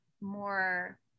more